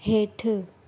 हेठि